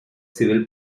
civil